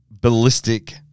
Ballistic